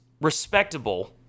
respectable—